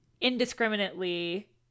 indiscriminately